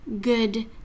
good